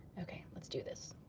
okay. let's do this.